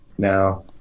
now